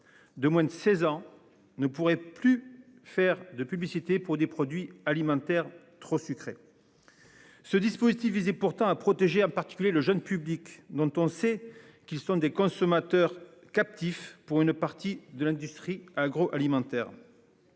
De moins de 16 ans ne pourrait plus faire de publicité pour des produits alimentaires trop sucré. Ce dispositif visait pourtant à protéger en particulier le jeune public dont on sait qu'ils sont des consommateurs captifs pour une partie de l'industrie agro-alimentaire.